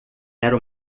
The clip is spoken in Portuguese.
era